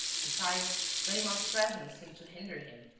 besides, ganimard's presence seemed to hinder him.